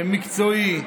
מקצועי,